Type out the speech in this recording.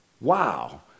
Wow